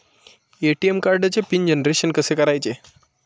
ATM कार्डचे PIN generation कसे करायचे?